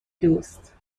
دوست